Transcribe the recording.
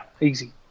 easy